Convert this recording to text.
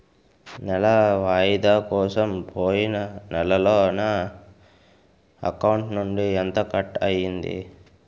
నెల వాయిదా కోసం పోయిన నెలలో నా అకౌంట్ నుండి ఎంత కట్ అయ్యింది?